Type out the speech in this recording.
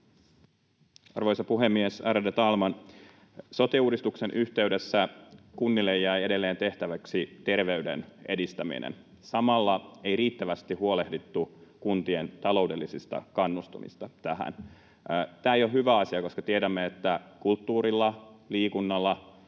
Arvoisa puhemies, ärade talman! Sote-uudistuksen yhteydessä kunnille jäi edelleen tehtäväksi terveyden edistäminen. Samalla ei riittävästi huolehdittu kuntien taloudellisista kannustimista tähän. Tämä ei ole hyvä asia, koska tiedämme, että kulttuurilla, liikunnalla